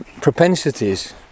propensities